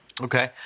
Okay